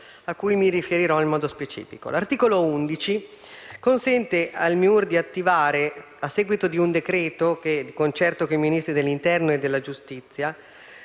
a cui mi riferirò in modo specifico. L'articolo 11 consente al MIUR di individuare, a seguito di un decreto e di concerto con i Ministri dell'interno e della giustizia,